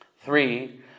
Three